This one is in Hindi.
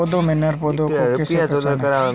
पौधों में नर पौधे को कैसे पहचानें?